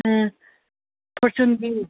ꯎꯝ ꯐꯣꯔꯆꯨꯟꯗꯤ